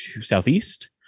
southeast